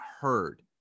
heard